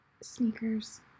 sneakers